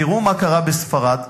תראו מה קרה בספרד היום.